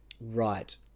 right